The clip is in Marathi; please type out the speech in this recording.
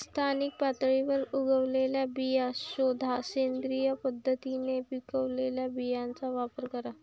स्थानिक पातळीवर उगवलेल्या बिया शोधा, सेंद्रिय पद्धतीने पिकवलेल्या बियांचा वापर करा